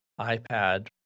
iPad